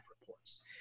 reports